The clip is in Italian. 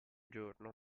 giorno